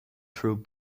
through